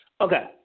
Okay